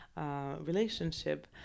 relationship